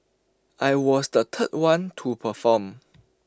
I was the third one to perform